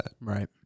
Right